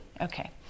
Okay